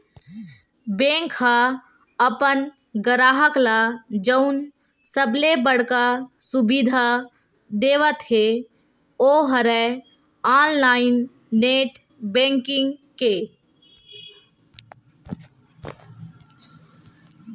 bank ह अपन गराहक ल जउन सबले बड़का सुबिधा देवत हे ओ हरय ऑनलाईन नेट बेंकिंग के